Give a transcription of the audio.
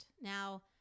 now